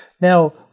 Now